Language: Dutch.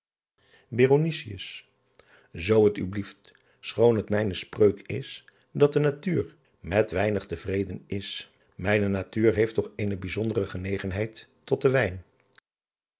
oo t u blieft schoon het mijne spreuk is dat de natuur met weinig te vreden is ijne natuur heeft toch eene bijzondere genegenheid tot den wijn